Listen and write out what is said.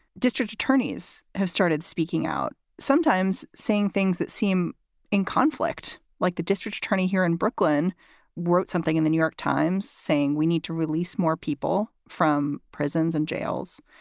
district attorneys have started speaking out sometimes saying things that seem in conflict, like the district attorney here in brooklyn wrote something in the new york times saying we need to release more people from prisons and jails.